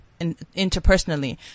interpersonally